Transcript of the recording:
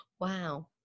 Wow